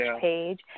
page